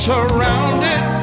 Surrounded